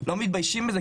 שלא מתביישים בזה,